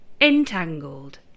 Entangled